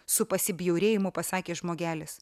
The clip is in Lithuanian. su pasibjaurėjimu pasakė žmogelis